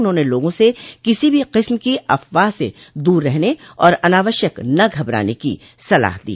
उन्होंने लोगों से किसी भी किस्म की अफवाह से दूर रहने और अनावश्यक न घबराने की सलाह दो